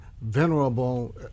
venerable